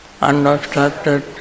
unobstructed